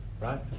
Right